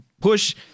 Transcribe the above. Push